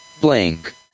Blank